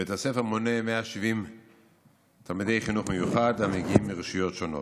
בית הספר מונה 170 תלמידי חינוך מיוחד המגיעים מרשויות שונות.